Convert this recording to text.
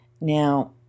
Now